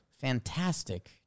fantastic